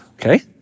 Okay